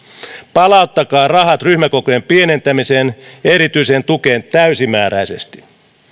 palauttakaa rahat ryhmäkokojen pienentämiseen ja erityiseen tukeen täysimääräisesti